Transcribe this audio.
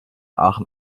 aachen